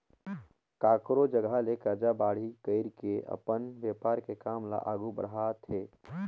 कखरो जघा ले करजा बाड़ही कइर के अपन बेपार के काम ल आघु बड़हाथे